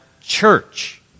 church